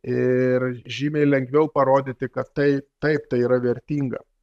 ir žymiai lengviau parodyti kad tai taip tai yra vertinga